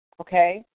okay